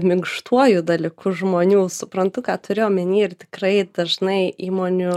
minkštuoju dalyku žmonių suprantu ką turi omeny ir tikrai dažnai įmonių